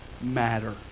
matter